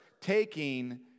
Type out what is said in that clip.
taking